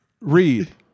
read